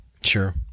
Sure